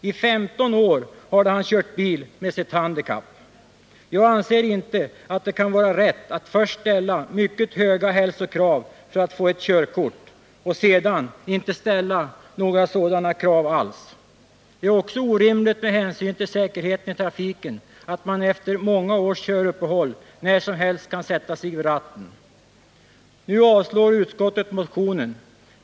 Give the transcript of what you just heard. I 15 år hade han kört bil med sitt handikapp. Jag anser inte att det kan vara rätt att först ställa mycket höga hälsokrav när det gäller att få ett körkort och sedan inte ställa några sådana krav alls. Det är också orimligt med hänsyn till säkerheten i trafiken att man efter många års köruppehåll när som helst kan sätta sig vid ratten. Nu avstyrker utskottet motionen.